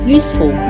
useful